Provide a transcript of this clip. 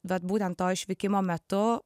vat būtent to išvykimo metu